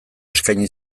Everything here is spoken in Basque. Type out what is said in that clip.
eskaini